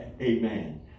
amen